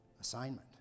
assignment